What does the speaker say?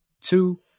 two